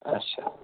اَچھا